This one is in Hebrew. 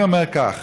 אני אומר כך: